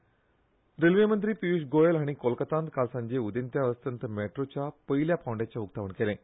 Goyal railway मंत्री पियूश गोयल हांणी कोलकातांत काल सांजे उदेंत्या अस्तंत मॅट्रोच्या पयल्या पांवड्याचें उक्तावण केलें